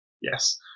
Yes